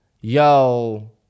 yo